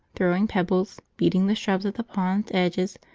throwing pebbles, beating the shrubs at the pond's edges,